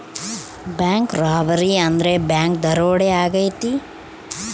bank robbery ಅಂದ್ರೆ bank ದರೋಡೆ ಆಗೈತೆ